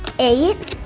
eight,